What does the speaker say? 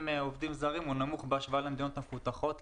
עובדים זרים הוא נמוך בהשוואה למדינות המפותחות,